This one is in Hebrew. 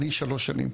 אני שלוש שנים.